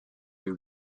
you